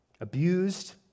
abused